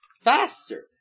faster